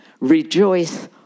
Rejoice